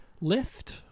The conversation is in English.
lift